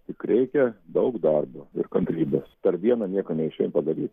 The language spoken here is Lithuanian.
tik reikia daug darbo ir kantrybės per dieną nieko neišein padaryt